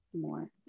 more